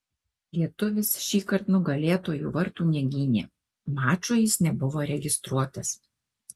lietuvis šįkart nugalėtojų vartų negynė mačui jis nebuvo registruotas